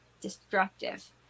destructive